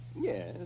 Yes